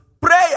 prayer